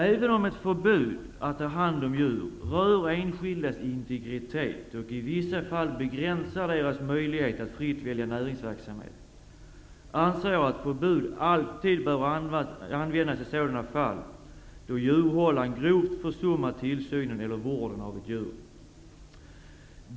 Även om ett förbud att ha hand om djur rör enskildas integritet och i vissa fall begränsar deras möjligheter att fritt välja näringsverksamhet, anser jag att förbud alltid bör användas i sådana fall då djurhållaren grovt försummat tillsynen eller vården av ett djur.